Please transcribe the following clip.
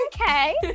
Okay